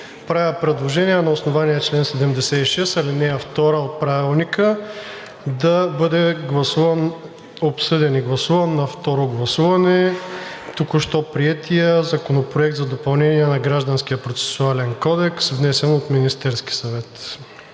Правя предложение на основание чл. 76, ал. 2 от Правилника да бъде обсъден и гласуван на второ гласуване току-що приетият Законопроект за допълнение на Гражданския процесуален кодекс, внесен от Министерския съвет.